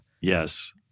Yes